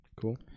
Cool